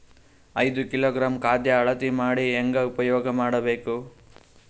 ಐದು ಕಿಲೋಗ್ರಾಂ ಖಾದ್ಯ ಅಳತಿ ಮಾಡಿ ಹೇಂಗ ಉಪಯೋಗ ಮಾಡಬೇಕು?